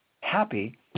happy